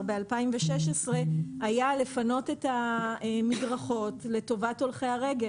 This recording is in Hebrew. ב-2016 היה לפנות את המדרכות לטובת הולכי הרגל.